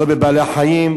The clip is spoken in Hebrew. לא בבעלי-חיים.